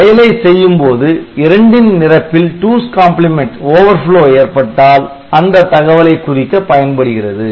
செயலை செய்யும் போது இரண்டின் நிரப்பில் 2's complement overflow ஏற்பட்டால் அந்த தகவலை குறிக்க பயன்படுகிறது